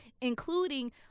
including